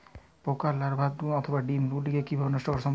পোকার লার্ভা অথবা ডিম গুলিকে কী নষ্ট করা সম্ভব?